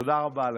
תודה רבה לך.